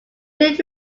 lived